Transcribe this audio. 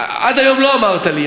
עד היום לא אמרת לי.